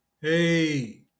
hey